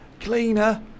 cleaner